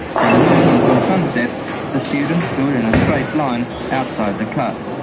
from noon until sunset the students stood in a straight line outside the club,